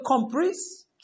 comprise